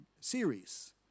series